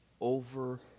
over